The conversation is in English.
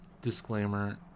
disclaimer